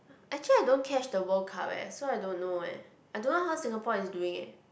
actually I don't catch the World Cup eh so I don't know eh I don't know how Singapore is doing eh